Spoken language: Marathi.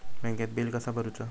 बँकेत बिल कसा भरुचा?